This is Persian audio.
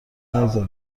نگذره